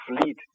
Fleet